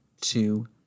two